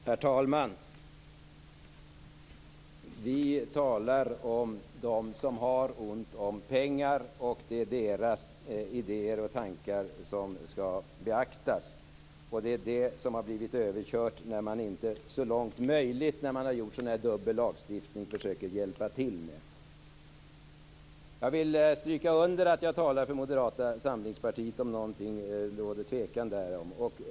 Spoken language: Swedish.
Herr talman! Vi talar om dem som har ont om pengar, och det är deras idéer och tankar som skall beaktas. De har blivit överkörda när man inte så långt möjligt när man har gjort en sådan här dubbel lagstiftning har försökt hjälpa dem. Jag vill stryka under att jag talar för Moderata samlingspartiet, om det råder tvekan därom.